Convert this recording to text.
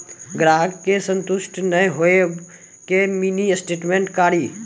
ग्राहक के संतुष्ट ने होयब ते मिनि स्टेटमेन कारी?